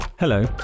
Hello